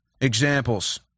examples